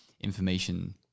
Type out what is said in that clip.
information